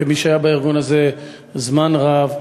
כמי שהיה בארגון הזה זמן רב,